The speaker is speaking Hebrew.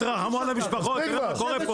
תרחמו על המשפחות, תראה מה קורה פה.